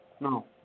No